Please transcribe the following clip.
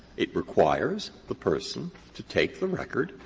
it requires the person to take the record,